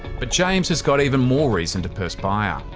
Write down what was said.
but james has got even more reason to perspire.